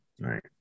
Right